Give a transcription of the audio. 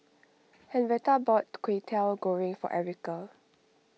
Henretta bought Kway Teow Goreng for Erica